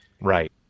Right